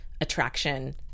attraction